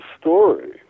story